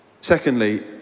Secondly